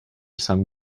some